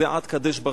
זה עד קדש-ברנע,